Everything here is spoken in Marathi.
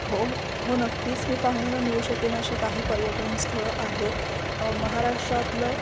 हो हो नक्कीच मी पाहुण्याला नेऊ शकेन अशी काही पर्यटन स्थळं आहेत महाराष्ट्रातलं